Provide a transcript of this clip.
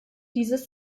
dieses